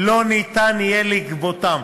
לא יהיה אפשר לגבותם.